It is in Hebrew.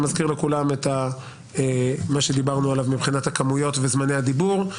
אני מזכיר לכולם את מה שדיברנו עליו מבחינת הכמויות וזמני הדיבור.